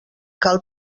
cal